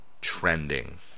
trending